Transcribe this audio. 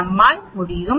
நம்மால் முடியும்